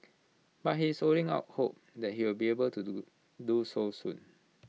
but he is holding out hope that he will be able to do do so soon